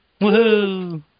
Woohoo